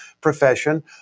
profession